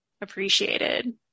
appreciated